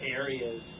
areas